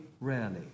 rarely